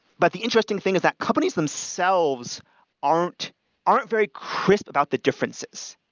but the interesting thing is that companies themselves aren't aren't very crisp about the differences.